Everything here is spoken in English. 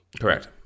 Correct